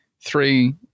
three